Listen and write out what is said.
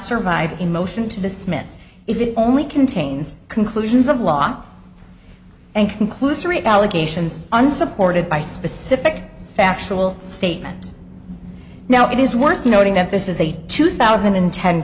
survive in motion to dismiss if it only contains conclusions of law and conclusory allegations unsupported by specific factual statement now it is worth noting that this is a two thousand and ten